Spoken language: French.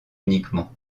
uniquement